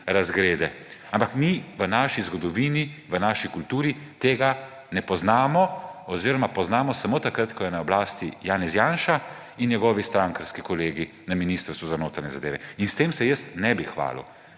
izgrede, ampak mi v naši zgodovini, v naši kulturi tega ne poznamo; oziroma poznamo samo takrat, ko je na oblasti Janez Janša in njegovi strankarski kolegi na Ministrstvu za notranje zadeve. In s tem se jaz ne bi hvalil.